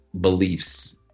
beliefs